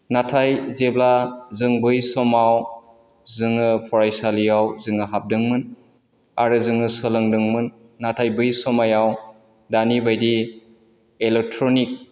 नाथाय जेब्ला जों बै समाव जोङो फरायसालियाव जोङो हाबदोंमोन आरो जोङो सोलोंदोंमोन नाथाय बै समाव दानि बायदि इलेक्ट्र'निक